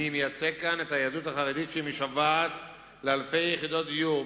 אני מייצג כאן את היהדות החרדית המשוועת לאלפי יחידות דיור,